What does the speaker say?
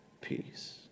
peace